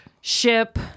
ship